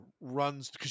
runs